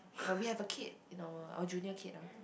but we have a Kate in our our junior Kate ah